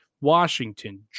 Washington